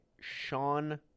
sean